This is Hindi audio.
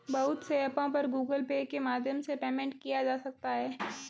बहुत से ऐपों पर गूगल पे के माध्यम से पेमेंट किया जा सकता है